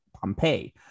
Pompeii